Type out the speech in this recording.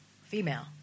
female